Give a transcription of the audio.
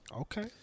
Okay